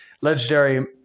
legendary